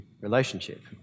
relationship